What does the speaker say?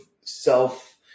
self